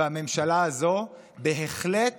והממשלה הזו בהחלט